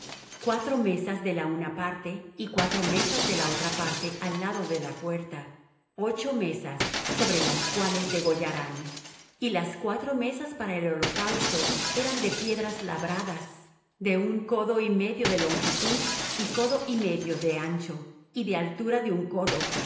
cuatro mesas de la una parte y cuatro mesas de la otra parte al lado de la puerta ocho mesas sobre las cuales degollarán y las cuatro mesas para el holocausto eran de piedras labradas de un codo y medio de longitud y codo y medio de ancho y de altura de un codo